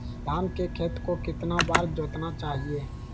धान के खेत को कितना बार जोतना चाहिए?